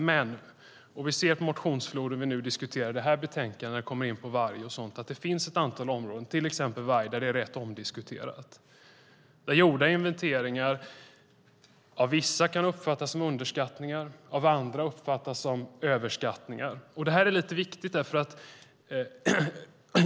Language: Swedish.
Men det finns ett antal områden - det framgår av motionsfloden och detta betänkande - till exempel i fråga om varg, som är rätt omdiskuterade. Gjorda inventeringar kan av vissa uppfattas som underskattningar och av andra uppfattas som överskattningar. Det här är viktigt.